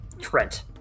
Trent